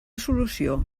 solució